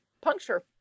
puncture